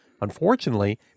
Unfortunately